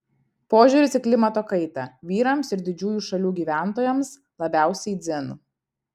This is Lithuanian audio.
požiūris į klimato kaitą vyrams ir didžiųjų šalių gyventojams labiausiai dzin